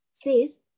Says